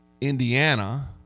Indiana